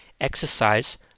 Exercise